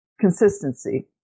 consistency